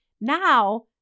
now